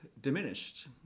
diminished